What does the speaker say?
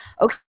okay